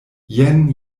jen